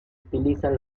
utilizan